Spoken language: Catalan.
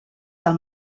del